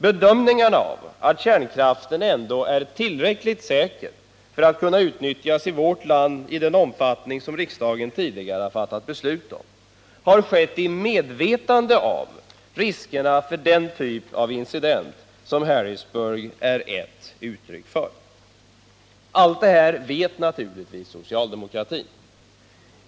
Bedömningen att kärnkraften ändå är tillräckligt säker för att kunna utnyttjas i vårt land i den omfattning som riksdagen tidigare har fattat beslut om har gjorts i medvetande om riskerna för den typ av incidenter som Harrisburgolyckan är ett uttryck för. Allt detta vet naturligtvis socialdemokraterna.